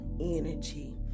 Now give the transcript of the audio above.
energy